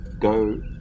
go